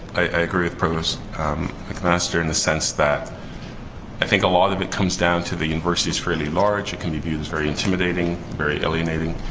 i agree with provost mcmaster in the sense that i think a lot of it comes down to the university is fairly large. it can be viewed as very intimidating. very alienating.